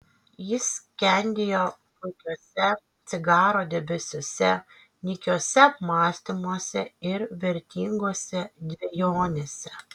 jis skendėjo puikiuose cigaro debesyse nykiuose apmąstymuose ir vertingose dvejonėse